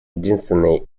единственной